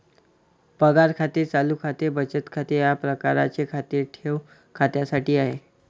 पगार खाते चालू खाते बचत खाते या प्रकारचे खाते ठेव खात्यासाठी आहे